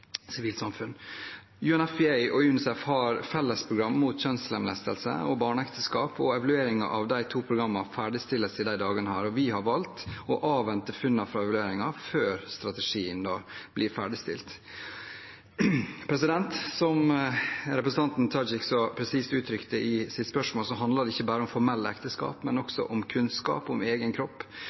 og UNICEF har fellesprogrammer mot kjønnslemlestelse og barneekteskap, og evalueringer av disse to programmene ferdigstilles i disse dagene. Vi har valgt å avvente funnene fra evalueringene før strategien blir ferdigstilt. Som representanten Tajik så presist uttrykker det i sitt spørsmål, handler dette ikke bare om formelle ekteskap, men også om kunnskap om egen kropp